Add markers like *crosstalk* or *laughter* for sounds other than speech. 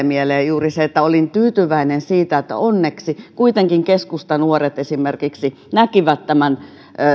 *unintelligible* mieleen juuri se että olin tyytyväinen siitä että onneksi kuitenkin keskustanuoret näkivät tämän